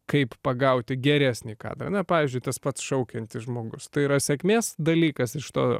kaip pagauti geresnį kadrą na pavyzdžiui tas pats šaukiantis žmogus tai yra sėkmės dalykas iš to